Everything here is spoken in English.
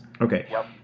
Okay